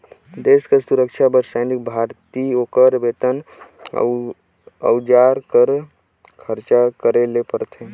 देस कर सुरक्छा बर सैनिक भरती, ओकर बेतन, अउजार कर खरचा करे ले परथे